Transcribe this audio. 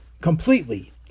completely